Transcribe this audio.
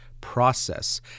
process